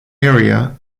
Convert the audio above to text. area